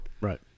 Right